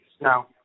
No